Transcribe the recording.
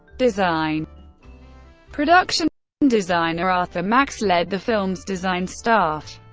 design production designer arthur max led the film's design staff.